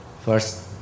first